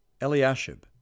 Eliashib